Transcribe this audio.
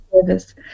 service